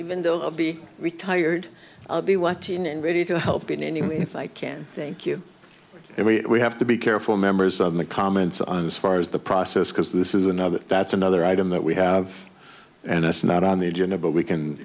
even though i'll be retired i'll be watching and ready to help in any way if i can thank you and we have to be careful members on the comments on as far as the process because this is another that's another item that we have and it's not on the agenda but we can